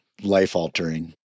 life-altering